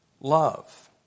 love